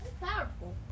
Powerful